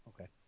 Okay